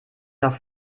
nach